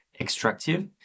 extractive